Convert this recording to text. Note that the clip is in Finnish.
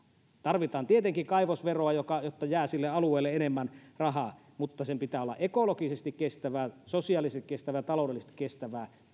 tarvitaan tietenkin kaivosvero jotta jää sille alueelle enemmän rahaa eli sen pitää olla ekologisesti kestävää sosiaalisesti kestävää ja taloudellisesti kestävää